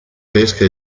pesca